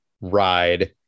ride